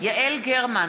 יעל גרמן,